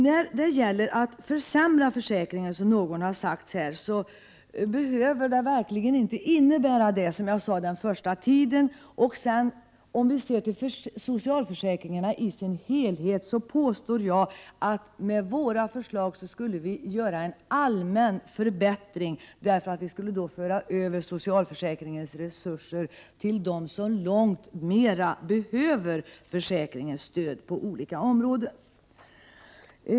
När det gäller att försämra försäkringen, som någon sade här, behöver det verkligen inte innebära någon försämring den första tiden som sagt. Om vi ser till socialförsäkringarna som helhet, påstår jag att vi med våra förslag skulle åstadkomma en allmän förbättring, eftersom vi skulle föra över socialförsäkringens resurser till dem som långt mera behöver försäkringens stöd på olika områden.